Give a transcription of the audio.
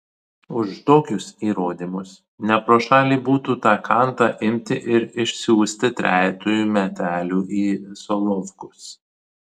už tokius įrodymus ne pro šalį būtų tą kantą imti ir išsiųsti trejetui metelių į solovkus